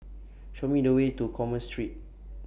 Show Me The Way to Commerce Street